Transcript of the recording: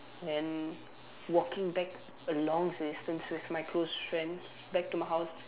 then walking back a long distance with my close friends back to my house